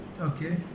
Okay